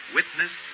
Witness